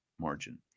margin